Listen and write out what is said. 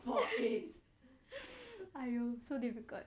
!aiyo! so difficult